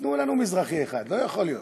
ייתנו לנו מזרחי אחד, לא יכול להיות